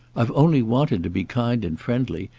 i've only wanted to be kind and friendly,